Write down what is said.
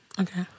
Okay